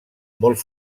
molt